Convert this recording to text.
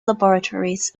laboratories